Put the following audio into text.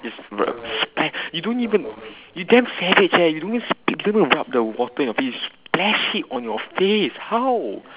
it's spla~ you don't even you damn savage leh you don't even rub the water on your face you splash it on your face how